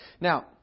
Now